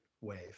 wave